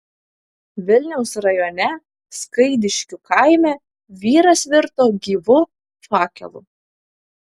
vilniaus rajone skaidiškių kaime vyras virto gyvu fakelu